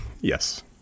Yes